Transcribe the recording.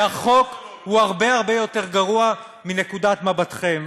והחוק הוא הרבה הרבה יותר גרוע מנקודת מבטכם.